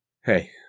Hey